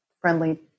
friendly